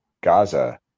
Gaza